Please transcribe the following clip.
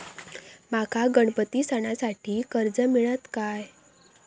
माका गणपती सणासाठी कर्ज मिळत काय?